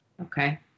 Okay